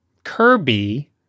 Kirby